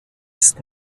ist